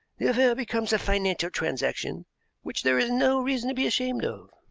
the affair becomes a financial transaction which there is no reason to be ashamed of.